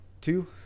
two